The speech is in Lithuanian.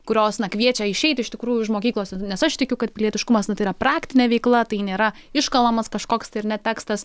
kurios na kviečia išeiti iš tikrųjų už mokyklos nes aš tikiu kad pilietiškumas na tai yra praktinė veikla tai nėra iškalamas kažkoks tai ar ne tekstas